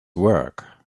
work